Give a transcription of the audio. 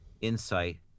insight